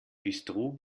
bistro